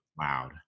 loud